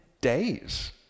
days